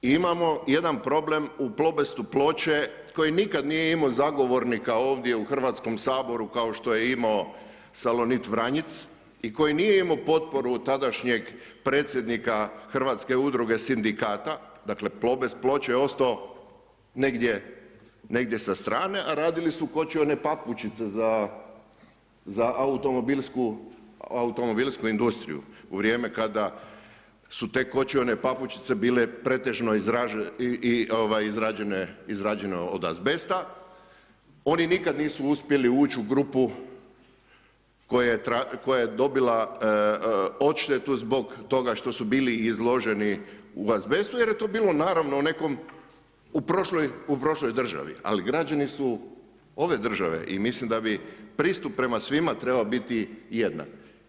Imamo jedan problem u Plobestu Ploče koji nikada nije imao zagovornika ovdje u HS-u kao što je imao Salonit Vranjic i koji nije imao potporu tadašnjeg predsjednika Hrvatske udruge Sindikata, dakle, Plobest Ploče je ostao negdje sa strane, a radili su kočione papučice za automobilsku industriju u vrijeme kada su te kočione papučice bile pretežno izrađene od azbesta, oni nikada nisu uspjeli ući u grupu koja je dobila odštetu zbog toga što su bili izloženi u azbestu jer je to bilo, naravno, u nekom, u prošloj državi, ali građani su ove države i mislim da bi pristup prema svima trebao biti jednak.